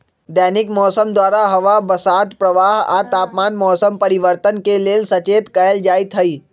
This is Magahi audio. दैनिक मौसम द्वारा हवा बसात प्रवाह आ तापमान मौसम परिवर्तन के लेल सचेत कएल जाइत हइ